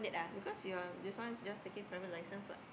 because you are this one is just taking private license what